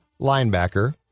linebacker